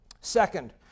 Second